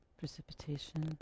Precipitation